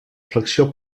flexió